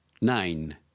Nine